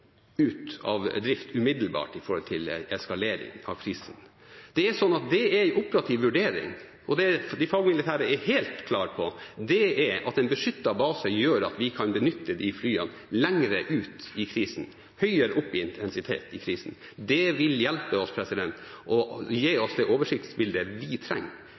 ut av drift umiddelbart hvis det blir en eskalering av en krise. Det er en operativ vurdering, og de fagmilitære er helt klare på at en beskyttet base gjør at vi kan benytte oss av de flyene lenger ute i krisen, når intensiteten er høyere. Det vil hjelpe til med å gi oss det oversiktsbildet vi trenger